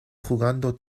jugando